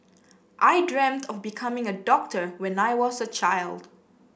I dreamt of becoming a doctor when I was a child